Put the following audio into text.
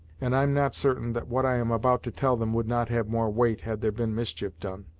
and i'm not certain that what i am about to tell them would not have more weight had there been mischief done.